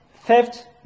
theft